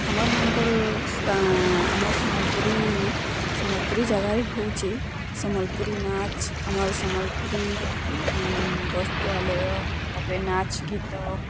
ଆମର୍ ମାନ୍କର ସ୍ଥା ଆମର୍ ସମ୍ୱଲପୁରୀ ସମ୍ୱଲପୁରୀ ଜାଗାରେ ହଉଚି ସମ୍ୱଲପୁରୀ ନାଚ୍ ଆମର୍ ସମ୍ୱଲପୁରୀ ବସ୍ତ୍ରାଲୟ ତାପରେ ନାଚ୍ ଗୀତ